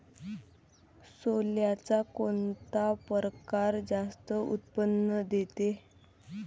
सोल्याचा कोनता परकार जास्त उत्पन्न देते?